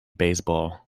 baseball